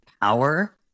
power